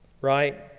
right